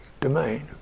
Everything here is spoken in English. domain